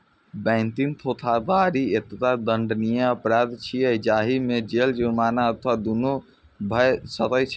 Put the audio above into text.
banking धोखाधड़ी एकटा दंडनीय अपराध छियै, जाहि मे जेल, जुर्माना अथवा दुनू भए सकै छै